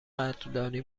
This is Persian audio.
قدردانی